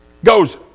Goes